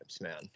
man